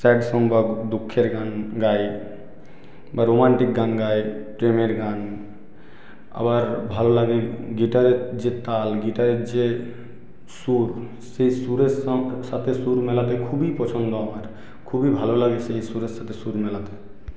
sad song বা দুঃখের গান গাই বা রোমান্টিক গান গাই প্রেমের গান আবার ভালো লাগে গিটারের যে তাল গিটারের যে সুর সে সুরের সং সাথে সুর মেলাতে খুবই পছন্দ আমার খুবই ভালো লাগে সেই সুরের সাথে সুর মেলাতে